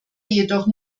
jedoch